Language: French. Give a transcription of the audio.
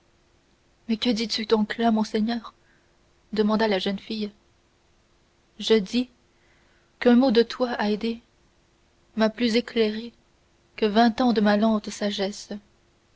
mais que dis-tu donc là mon seigneur demanda la jeune fille je dis qu'un mot de toi haydée m'a plus éclairé que vingt ans de ma lente sagesse